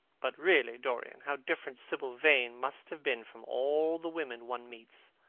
but really, dorian, how different sibyl vane must have been from all the women one meets!